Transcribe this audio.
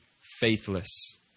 faithless